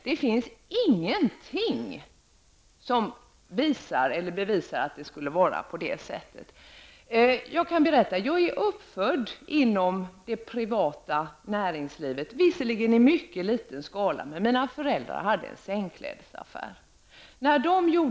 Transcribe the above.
Det finns ingenting som vare sig visar eller bevisar att det skulle förhålla sig på det sätt som Charlotte Cederschiöld säger. Själv är jag sedan födseln förtrogen med det privata näringslivet. Visserligen rörde det sig om en verksamhet i mycket liten skala. Mina föräldrar hade nämligen en affär för sängkläder.